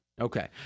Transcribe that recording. Okay